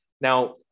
Now